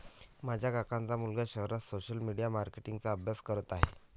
माझ्या काकांचा मुलगा शहरात सोशल मीडिया मार्केटिंग चा अभ्यास करत आहे